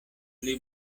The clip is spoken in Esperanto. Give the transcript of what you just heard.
pli